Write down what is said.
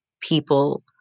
people